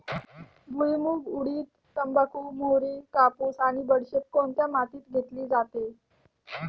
भुईमूग, उडीद, तंबाखू, मोहरी, कापूस आणि बडीशेप कोणत्या मातीत घेतली जाते?